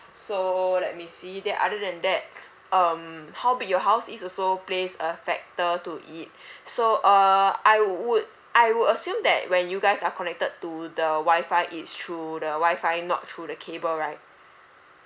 so let me see that other than that um how big your house is also plays a factor to it so uh I would I would assume that when you guys are connected to the wi-fi it's through the wi-fi not through the cable right